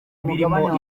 birimo